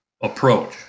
approach